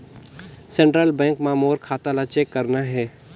Central bank मां मोर खाता ला चेक करना हे?